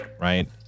right